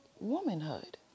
womanhood